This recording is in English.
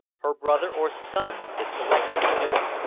her brother or son is selected to do it.